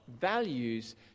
values